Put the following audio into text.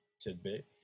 tidbit